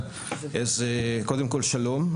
קודם כל שלום.